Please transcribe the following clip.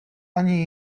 ani